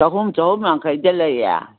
ꯆꯍꯨꯝ ꯆꯍꯨꯝ ꯌꯥꯡꯈꯩꯗ ꯂꯩꯌꯦ